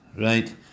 Right